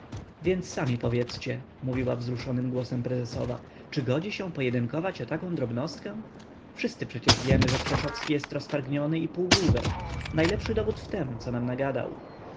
więc sami powiedźcie mówiła wzruszonym głosem prezesowa czy godzi się pojedynkować o taką drobnostkę wszyscy przecież wiemy że krzeszowski jest roztargniony i półgłówek najlepszy dowód w tem co nam nagadał